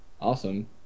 Awesome